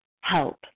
help